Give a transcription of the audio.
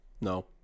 No